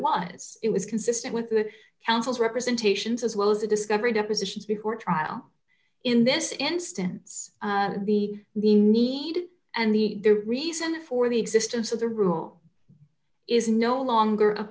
was it was consistent with the counsel's representations as well as the discovery depositions before trial in this instance the need and the reason for the existence of the rule is no longer a